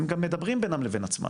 הם גם מדברים בינם לבין עצמם.